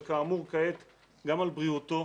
וכאמור כעת גם על בריאותו,